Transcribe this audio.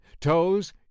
Toes